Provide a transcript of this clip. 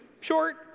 short